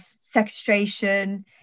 sequestration